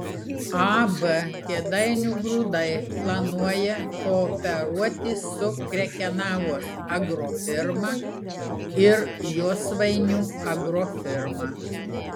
ab kėdainių grūdai planuoja kooperuotis su krekenavos agrofirma ir josvainių agrofirma